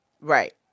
Right